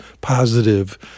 positive